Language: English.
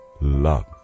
love